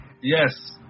Yes